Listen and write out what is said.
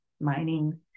mining